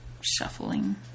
shuffling